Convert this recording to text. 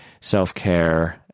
self-care